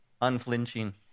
unflinching